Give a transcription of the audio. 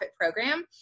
program